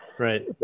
Right